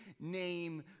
name